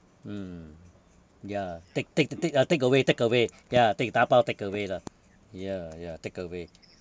mm ya take~ take~ take~ uh takeaway takeaway ya take~ tapao takeaway lah ya ya takeaway